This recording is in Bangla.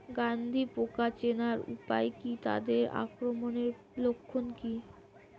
গন্ধি পোকা চেনার উপায় কী তাদের আক্রমণের লক্ষণ কী?